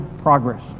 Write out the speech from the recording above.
progress